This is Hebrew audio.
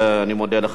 אני מודה לך.